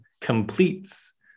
completes